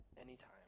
anytime